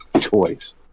choice